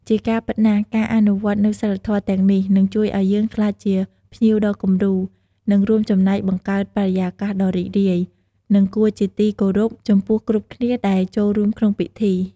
ជាការពិតណាស់ ការអនុវត្តនូវសីលធម៌ទាំងនេះ នឹងជួយឱ្យយើងក្លាយជាភ្ញៀវដ៏គំរូ និងរួមចំណែកបង្កើតបរិយាកាសដ៏រីករាយ និងគួរជាទីគោរពចំពោះគ្រប់គ្នាដែលចូលរួមក្នុងពិធី។